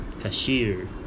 cashier